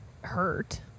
hurt